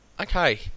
Okay